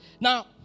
now